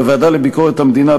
בוועדה לענייני ביקורת המדינה,